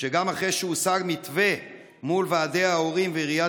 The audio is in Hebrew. שגם אחרי שהושג מתווה מול ועדי ההורים ועיריית